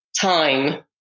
time